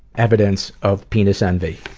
evidence of penis envy.